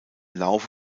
laufe